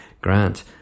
Grant